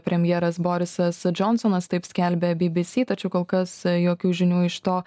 premjeras borisas džonsonas taip skelbia bbc tačiau kol kas jokių žinių iš to